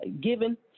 given